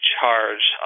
charge